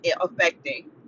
affecting